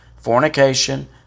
fornication